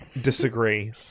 disagree